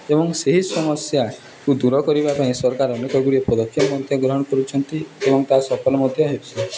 ଏବଂ ସେହି ସମସ୍ୟାକୁ ଦୂର କରିବା ପାଇଁ ସରକାର ଅନେକଗୁଡ଼ିଏ ପଦକ୍ଷପ ମଧ୍ୟ ଗ୍ରହଣ କରୁଛନ୍ତି ଏବଂ ତା ସଫଲ ମଧ୍ୟ ହେଉଛି